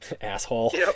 asshole